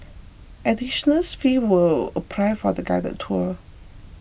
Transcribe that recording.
additional fees will apply for the guided tour